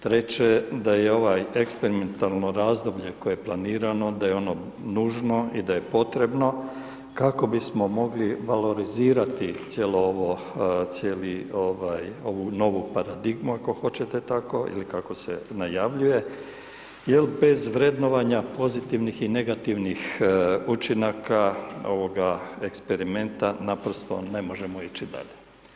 Treće, da je ovaj eksperimentalno razdoblje koje je planirano da je ono nužno i da je potrebno kako bismo mogli valorizirati cijelu ovu novu paradigmu, ako hoćete tako, ili kako se najavljuje jer bez vrednovanja pozitivnih i negativnih učinaka ovoga eksperimenta naprosto ne možemo ići dalje.